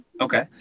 Okay